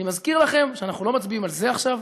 אני מזכיר לכם שאנחנו לא מצביעים על זה עכשיו,